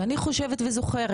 אני חושבת ואני זוכרת,